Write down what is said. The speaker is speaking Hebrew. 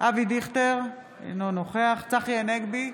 אבי דיכטר, אינו נוכח צחי הנגבי,